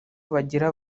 bagiraga